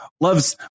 Loves